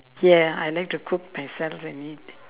ya I like to cook myself and eat